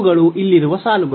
ಇವುಗಳು ಇಲ್ಲಿರುವ ಸಾಲುಗಳು